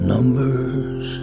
Numbers